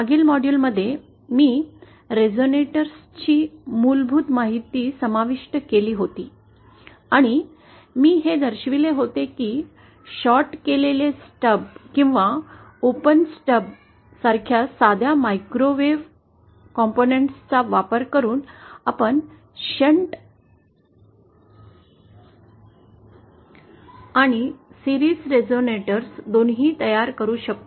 मागील मॉड्यूलमध्ये मी रेझोनिएटर्स ची मूलभूत माहिती समाविष्ट केली होती आणि मी हे दर्शविले होते की शॉर्ट केलेले स्टब किंवा ओपन स्टब सारख्या साध्या मायक्रोवेव्ह घटकांचा वापर करून आपण शंट विजेच्या प्रवाहाचा भाग बाजूला नेणारा पाऋ आणि मालिका रेझोनेटर दोन्ही तयार करू शकतो